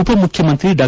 ಉಪ ಮುಖ್ಯಮಂತ್ರಿ ಡಾ